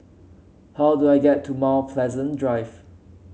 how do I get to Mount Pleasant Drive